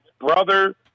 brother